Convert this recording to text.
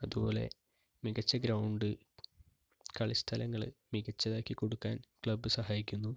അതുപോലെ മികച്ച ഗ്രൗണ്ട് കളി സ്ഥലങ്ങൾ മികച്ചതാക്കി കൊടുക്കാൻ ക്ലബ് സഹായിക്കുന്നു